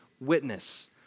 Witness